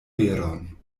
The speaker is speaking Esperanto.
veron